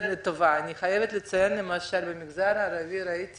אני חייבת לציין שבמגזר הערבי ראיתי